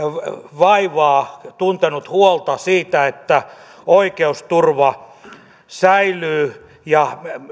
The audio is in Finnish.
vaivaa tuntenut huolta siitä että oikeusturva säilyy ja